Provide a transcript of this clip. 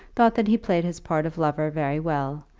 thought that he played his part of lover very well,